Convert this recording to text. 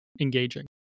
engaging